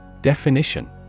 Definition